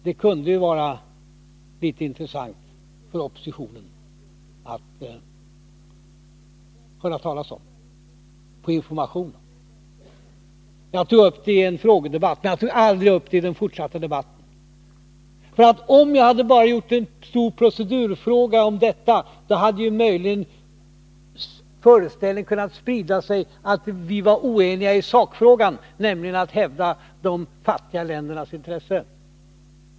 Det kunde ha varit intressant för oppositionen att få information om att ett sådant möte skulle äga rum. Jag tog upp det i en frågedebatt, men jag tog aldrig upp det i den fortsatta debatten. Hade jag gjort en stor procedurfråga av detta hade möjligen den föreställningen kunnat sprida sig att vi var oeniga i sakfrågan, nämligen när det gällde att hävda de fattiga ländernas intressen.